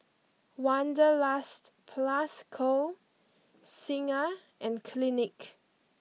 Wanderlust Plus Co Singha and Clinique